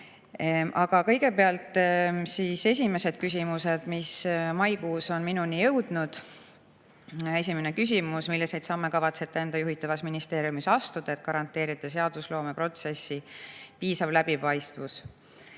Kõigepealt siis küsimused, mis maikuus minuni jõudsid. Esimene küsimus: "Milliseid samme kavatsete enda juhitavas ministeeriumis astuda, et garanteerida seadusloomeprotsessi piisav läbipaistvus?"